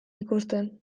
ikusten